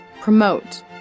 Promote